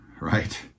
right